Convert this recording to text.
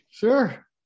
Sure